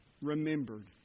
remembered